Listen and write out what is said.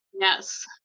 yes